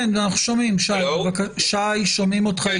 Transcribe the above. לא קראתם לזה כך אבל במסמך שלכם התייחסתם לזה